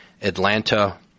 atlanta